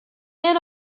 end